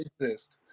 exist